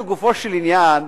לגופו של עניין,